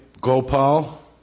Gopal